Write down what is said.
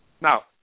Now